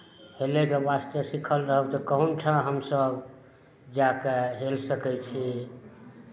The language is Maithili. हेलयके वास्ते सीखल रहब तऽ कहूँ ठा हमसभ जा कऽ हेलि सकै छियै